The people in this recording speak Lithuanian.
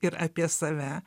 ir apie save